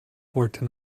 wollte